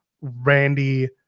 Randy